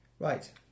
Right